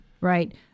right